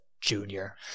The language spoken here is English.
Junior